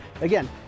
Again